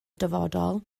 dyfodol